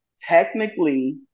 technically